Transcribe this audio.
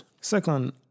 second